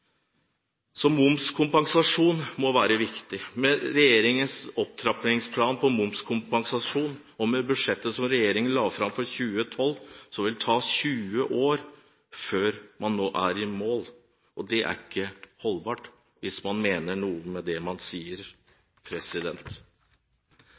Momskompensasjon må være viktig. Med regjeringens opptrappingsplan for momskompensasjon og med det budsjettet som regjeringen la fram for 2012, vil det ta 20 år før man er i mål. Det er ikke holdbart – hvis man mener noe med det man sier.